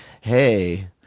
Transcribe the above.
hey